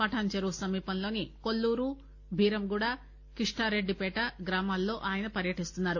పఠాస్ చెరు సమీపంలోని కొల్లూరు భీరంగూడ కిష్టారెడ్డి పేట గ్రామాల్లో ఆయన పర్యటిస్తున్నారు